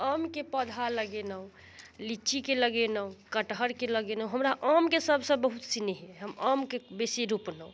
आमके पौधा लगेलहुँ लिच्चीके लगेलहुँ कटहरके लगेलहुँ हमरा आमके सबसँ बहुत सिनेह अइ हम आमके बेसी रोपलहुँ